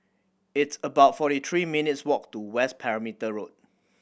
it's about forty three minutes' walk to West Perimeter Road